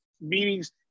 meetings